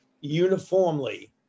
uniformly